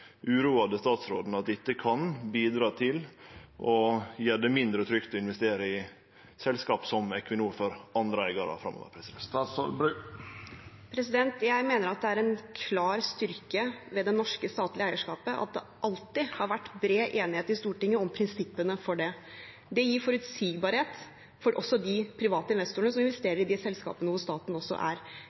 det statsråden at dette kan bidra til å gjere det mindre trygt å investere i selskap som Equinor for andre eigarar framover? Jeg mener at det er en klar styrke ved det norske statlige eierskapet at det alltid har vært bred enighet i Stortinget om prinsippene for dette. Det gir forutsigbarhet også for de private investorene som investerer i de selskapene hvor også staten er